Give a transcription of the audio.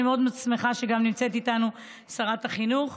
אני מאוד שמחה שנמצאת איתנו גם שרת החינוך.